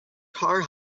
car